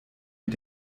mit